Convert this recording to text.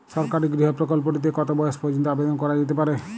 সরকারি গৃহ প্রকল্পটি তে কত বয়স পর্যন্ত আবেদন করা যেতে পারে?